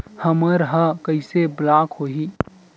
हमर ह कइसे ब्लॉक होही?